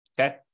okay